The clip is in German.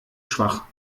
schwach